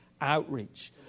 outreach